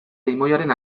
limoiaren